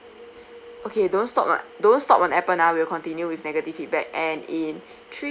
okay don't stop don't stop on appen ah we will continue with negative feedback and in three